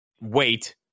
wait